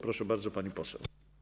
Proszę bardzo, pani poseł.